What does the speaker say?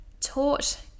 taught